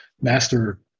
Master